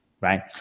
right